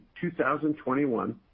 2021